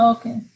Okay